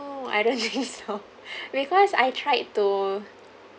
I don't think so because I tried to